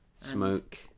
Smoke